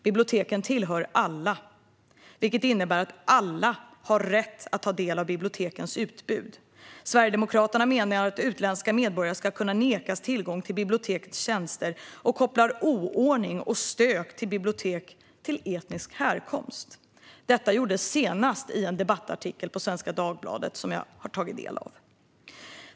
Biblioteken tillhör alla, vilket innebär att alla har rätt att ta del av bibliotekens utbud. Sverigedemokraterna menar att utländska medborgare ska kunna nekas tillgång till bibliotekens tjänster och kopplar oordning och stök på bibliotek till etnisk härkomst. Detta gjordes senast i en debattartikel i Svenska Dagbladet som jag har tagit del av.